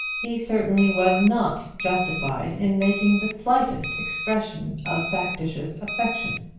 he certainly was not justified in making the slightest expression of factitious affection.